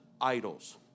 idols